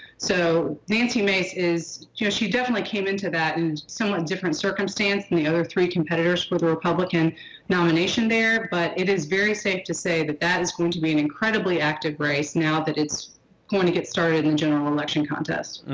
so nancy mace is. you know she definitely came into that in and somewhat different circumstance than the other three competitors with a republican nomination there, but it is very safe to say that that is going to be an incredibly active race now that it's going to get started in general election contests.